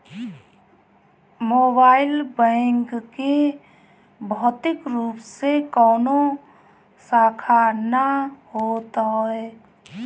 mobile bank के भौतिक रूप से कवनो शाखा ना होत हवे